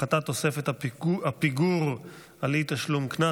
(הפחתת תוספת הפיגור על אי-תשלום קנס),